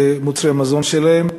במוצרי המזון שלהם.